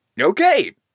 Okay